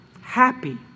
Happy